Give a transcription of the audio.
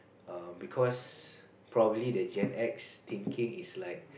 err because probably the Gen-X thinking is like